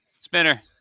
Spinner